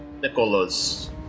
Nicholas